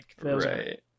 Right